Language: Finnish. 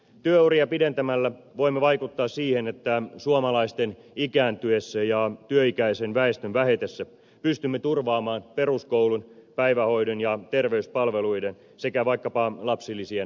työuria pidentämällä voimme vaikuttaa siihen että suomalaisten ikääntyessä ja työikäisen väestön vähetessä pystymme turvaamaan peruskoulun päivähoidon ja terveyspalveluiden sekä vaikkapa lapsilisien rahoituksen